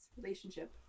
relationship